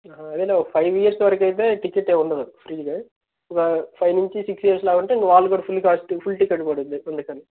అదేలే ఒక five years వరకైతే టికెట్టు ఏం ఉండదు ఫ్రీనే ఒక ఫైవ్ నించి సిక్స్ ఇయర్స్ ఇలా ఉంటే వాళ్ళు కూడా ఫుల్ కాస్టు ఫుల్ టికెట్ పడుద్ది అందుకని